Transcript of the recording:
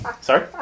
Sorry